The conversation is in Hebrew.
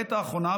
בעת האחרונה,